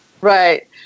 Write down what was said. right